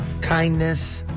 kindness